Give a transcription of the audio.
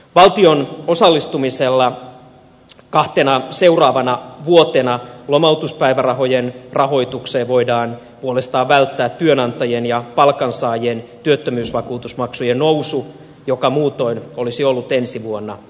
valtion osallistumisella kahtena seuraavana vuotena lomautuspäivärahojen rahoitukseen voidaan puolestaan välttää työnantajien ja palkansaajien työttömyysvakuutusmaksujen nousu joka muutoin olisi ollut ensi vuonna välttämätön